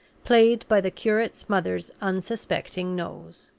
played by the curate's mother's unsuspecting nose.